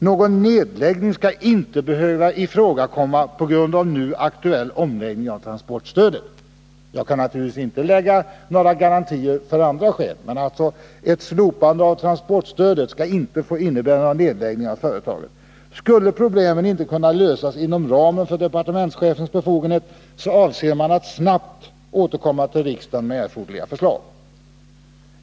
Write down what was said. Någon nedläggning skall inte behöva ifrågakomma på grund av nu aktuell omläggning av transportstödet. Jag kan naturligtvis inte ge några garantier mot nedläggningar av andra skäl, men ett slopande av transportstödet skall inte få innebära några nedläggningar av företag. Skulle problemen inte kunna lösas inom ramen för departementschefens befogenhet, avser man att snabbt återkomma till riksdagen med erforderliga förslag.